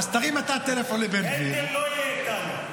אז תרים אתה טלפון לבן גביר --- בן גביר לא יהיה כאן.